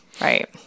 Right